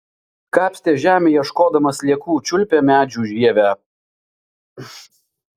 kapstė žemę ieškodama sliekų čiulpė medžių žievę